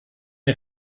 wir